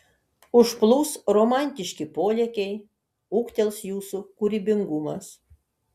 užplūs romantiški polėkiai ūgtels jūsų kūrybingumas